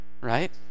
right